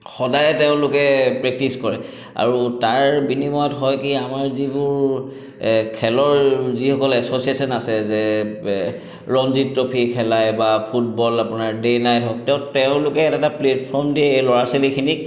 সদায় তেওঁলোকে প্ৰেক্টিচ কৰে আৰু তাৰ বিনিময়ত হয় কি আমাৰ যিবোৰ খেলৰ যিসমূহ এছ'চিয়েশ্যন আছে যে ৰঞ্জী ট্ৰফী খেলাই বা ফুটবল আপোনাৰ ডে' নাইট হওক তো তেওঁলোকে এটা এটা প্লেটফৰ্ম দিয়ে এই ল'ৰা ছোৱালীখিনিক